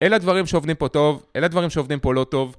אלה דברים שעובדים פה טוב, אלה דברים שעובדים פה לא טוב